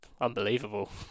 unbelievable